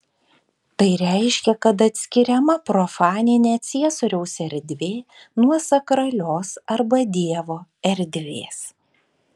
tai reiškia kad atskiriama profaninė ciesoriaus erdvė nuo sakralios arba dievo erdvės